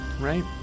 Right